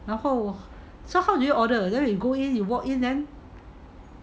然后 so how do you order then you go in you walk in then